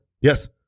Yes